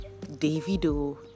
davido